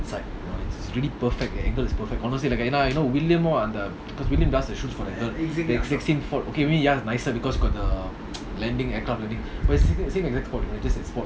it's like you know it's really perfectly the angle is perfect honestly எனாஇன்னும்:yena innum cause we didn't blast the shoot for the it's sixteen foot okay maybe ya it's nicer because it got the landing aircraft landing but it's same exact spot you know just that spot